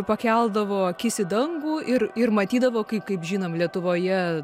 pakeldavo akis į dangų ir ir matydavo kaip kaip žinom lietuvoje